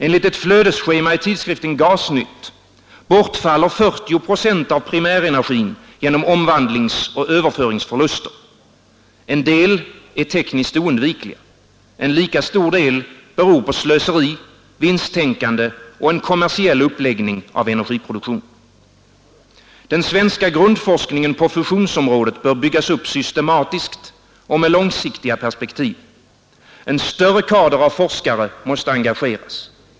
Enligt ett flödesschema i tidskriften Gasnytt bortfaller 40 procent av primärenergin genom omvandlingsoch överföringsförluster. En del är tekniskt oundvikliga. En lika stor del beror på slöseri, vinsttänkande och en kommersiell uppläggning av energiproduktionen. Den svenska grundforskningen på fusionsområdet bör byggas upp systematiskt och med långsiktiga perspektiv. En större kader av forskare måste engageras.